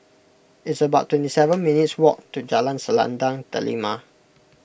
it's about twenty seven minutes' walk to Jalan Selendang Delima